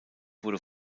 wurde